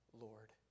Lord